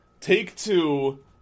Take-Two